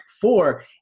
four